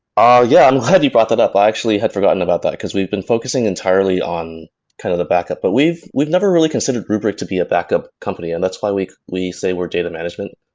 ah yeah, i'm glad you brought that up. i actually had forgotten about that, because we've been focusing entirely on kind of the backup. but we've we've never really considered rubrik to be a backup company, and that's why we we say we're data management.